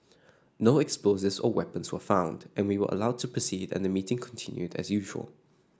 no explosives or weapons were found and we were allowed to proceed and the meeting continued as usual